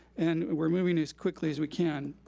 and we're moving as quickly as we can.